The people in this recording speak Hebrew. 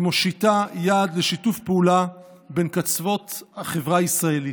והיא מושיטה יד לשיתוף פעולה בין קצוות החברה הישראלית.